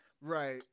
Right